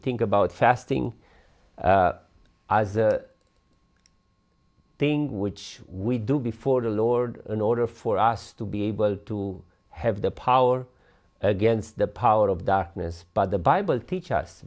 think about fasting as a thing which we do before the lord in order for us to be able to have the power against the power of darkness but the bible teaches us